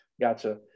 gotcha